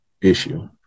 issue